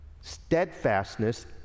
steadfastness